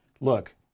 look